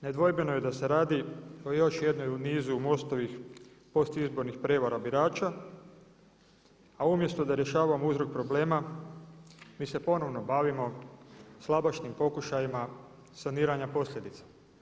Nedvojbeno je da se radi o još jednoj u nizu MOST-ovih postizbornih prevara birača, a umjesto da rješavamo uzrok problema mi se ponovno bavimo slabašnim pokušajima saniranja posljedica.